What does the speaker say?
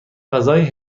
غذای